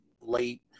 late